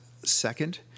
second